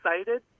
excited